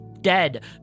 dead